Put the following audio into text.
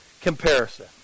comparison